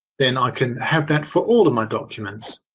then i can have that for all of my documents.